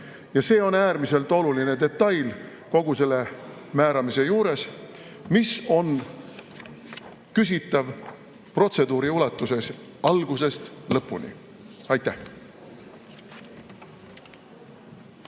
Ja see on äärmiselt oluline detail kogu selle määramise juures, mis on küsitav kogu protseduuri ulatuses, algusest lõpuni.